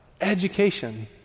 education